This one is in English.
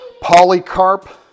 Polycarp